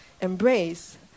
Embrace